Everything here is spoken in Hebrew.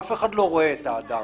אף אחד לא רואה את האדם.